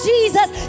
Jesus